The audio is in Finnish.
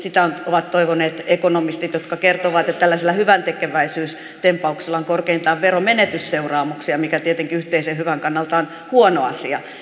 sitä ovat toivoneet ekonomistit jotka kertovat että tällaisilla hyväntekeväisyystempauksilla on korkeintaan veronmenetysseuraamuksia mikä tietenkin yhteisen hyvän kannalta on huono asia